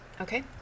Okay